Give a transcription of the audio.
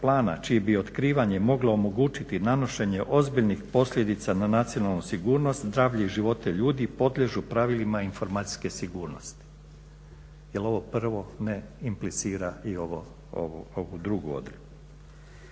čije bi otkrivanje moglo omogućiti nanošenje ozbiljnih posljedica na nacionalnu sigurnost, zdravlje i živote ljudi podliježu pravilima informacijske sigurnosti. Jer ovo prvo ne implicira i ovu drugu odredbu.